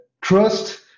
trust